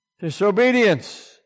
Disobedience